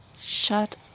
Shut